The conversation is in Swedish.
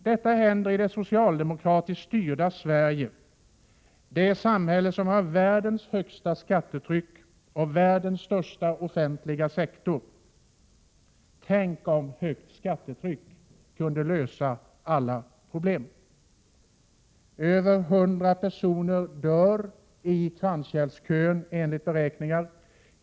Detta händer i det socialdemokratiskt styrda Sverige, det samhälle som har världens högsta skattetryck och världens största offentliga sektor. Tänk, om högt skattetryck kunde lösa alla problem! Över 100 personer dör i kranskärlskön, enligt beräkningar.